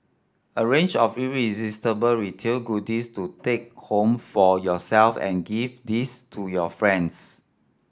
a range of irresistible retail goodies to take home for yourself and gift these to your friends